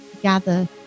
gather